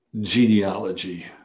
genealogy